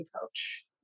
coach